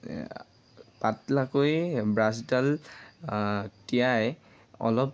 পাতলাকৈ ব্ৰাছডাল তিয়াই অলপ